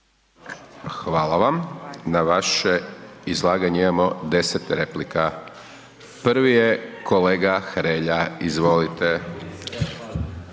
Hvala vam. Na vaše izlaganje imamo 10 replika. Prvi je kolega Hrelja, izvolite.